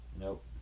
Nope